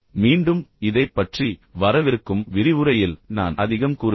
மீண்டும் இதைப் பற்றி வரவிருக்கும் விரிவுரையில் நான் அதிகம் கூறுவேன்